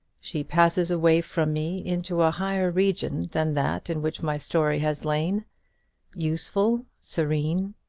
she passes away from me into a higher region than that in which my story has lain useful, serene,